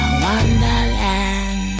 wonderland